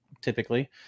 typically